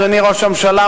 אדוני ראש הממשלה,